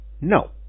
No